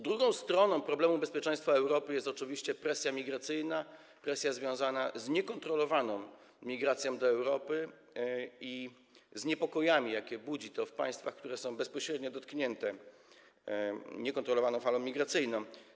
Drugą stroną problemu bezpieczeństwa Europy jest oczywiście presja migracyjna, presja związana z niekontrolowaną migracją do Europy i z niepokojami, jakie budzi to w państwach, które są bezpośrednio dotknięte niekontrolowaną falą migracyjną.